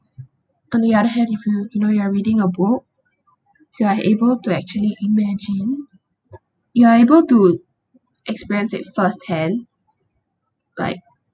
on the other hand if you you know you are reading a book you are able to actually imagine you are able to experience it first hand but